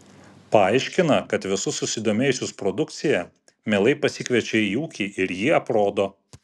paaiškina kad visus susidomėjusius produkcija mielai pasikviečia į ūkį ir jį aprodo